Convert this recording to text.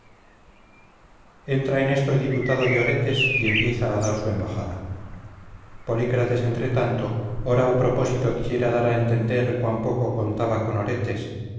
entra en esto el diputado de oretes y empieza a dar su embajada polícrates entretanto ora a propósito quisiera dar a entender cuán poco contaba con oretes